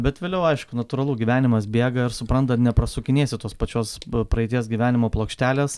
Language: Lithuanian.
bet vėliau aišku natūralu gyvenimas bėga ir supranta neprasukinėsi tos pačios praeities gyvenimo plokštelės